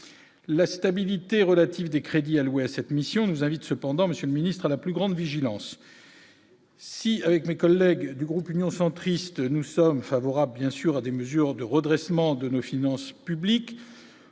la stabilité relative des crédits alloués à cette mission nous invite cependant Monsieur le ministre à la plus grande vigilance. Si, avec mes collègues du groupe Union centriste nous sommes favorables bien sûr à des mesures de redressement de nos finances publiques.